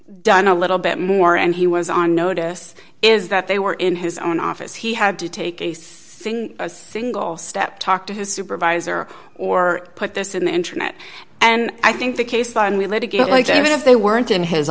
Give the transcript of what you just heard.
done a little bit more and he was on notice is that they were in his own office he had to take a single step talked to his supervisor or put this in the internet and i think the case and we let it get like that if they weren't in his